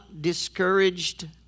discouraged